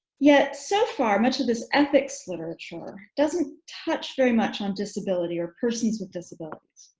yet so far much of this ethics literature doesn't touch very much on disability or persons with disabilities.